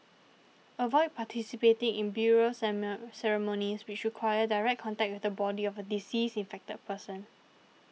avoid participating in burial ceremonies which require direct contact with the body of a deceased infected person